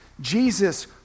Jesus